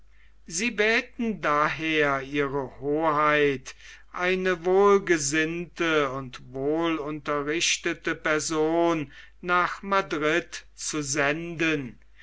sie bäten daher ihre hoheit eine wohlgesinnte und wohlunterrichtete person nach madrid zu senden